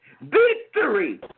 Victory